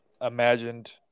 imagined